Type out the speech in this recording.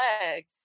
leg